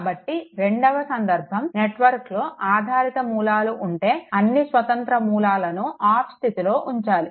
కాబట్టి 2 వ సందర్భం నెట్వర్క్లో ఆధారిత మూలాలు ఉంటే అన్నీ స్వంతంత్ర మూలాలని ఆఫ్ స్థితిలో ఉంచాలి